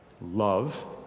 Love